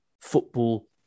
football